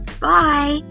bye